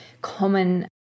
common